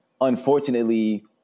Unfortunately